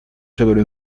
severo